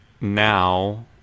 now